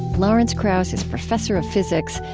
lawrence krauss is professor of physics,